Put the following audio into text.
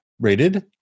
rated